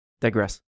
digress